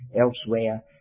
elsewhere